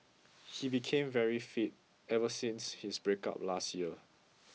he became very fit ever since his breakup last year